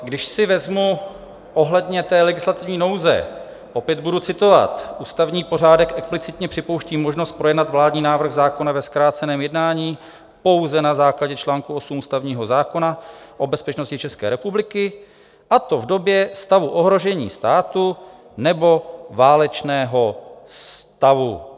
Když si vezmu ohledně té legislativní nouze, opět budu citovat: Ústavní pořádek explicitně připouští možnost projednat vládní návrh zákona ve zkráceném jednání pouze na základě čl. 8 ústavního zákona o bezpečnosti České republiky, a to v době stavu ohrožení státu nebo válečného stavu.